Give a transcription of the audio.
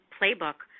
playbook